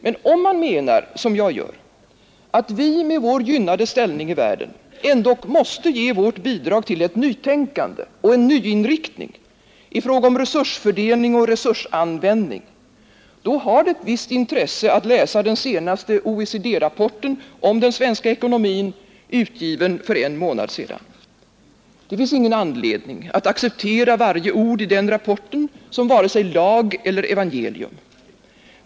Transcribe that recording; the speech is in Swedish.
Men om man menar, som jag gör, att vi med vår gynnade ställning i världen ändock måste ge vårt bidrag till ett nytänkande och en nyinriktning i fråga om resursfördelning och resursanvändning, då har det ett visst intresse att läsa den senaste OECD-rapporten om den svenska ekonomin, utgiven för en månad sedan. Det finns ingen anledning att acceptera varje ord i den rapporten som vare sig lag eller evangelium.